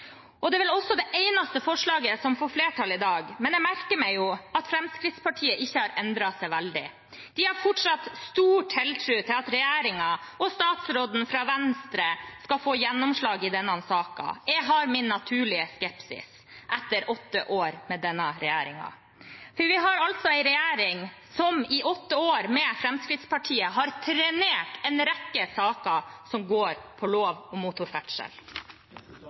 Det er vel også det eneste forslaget som får flertall i dag, men jeg merker meg at Fremskrittspartiet ikke har endret seg veldig. De har fortsatt stor tiltro til at regjeringen og statsråden fra Venstre skal få gjennomslag i denne saken. Jeg har min naturlige skepsis etter åtte år med denne regjeringen. Vi har en regjering som i åtte år, sammen med Fremskrittspartiet, har trenert en rekke saker som gjelder lov om motorferdsel.